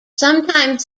sometimes